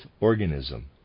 organism